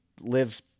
lives